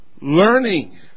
learning